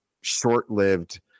short-lived